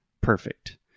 Perfect